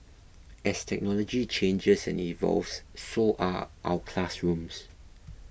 as technology changes and evolves so are our classrooms